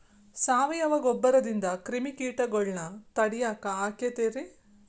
ಸಾವಯವ ಗೊಬ್ಬರದಿಂದ ಕ್ರಿಮಿಕೇಟಗೊಳ್ನ ತಡಿಯಾಕ ಆಕ್ಕೆತಿ ರೇ?